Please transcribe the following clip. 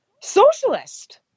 socialist